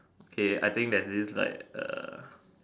okay I think there's this like uh